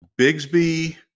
Bigsby